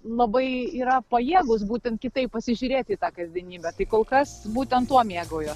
labai yra pajėgūs būtent kitaip pasižiūrėti į tą kasdienybę tai kol kas būtent tuo mėgaujuos